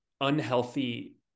unhealthy